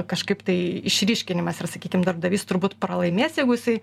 kažkaip tai išryškinimas ir sakykim darbdavys turbūt pralaimės jeigu jisai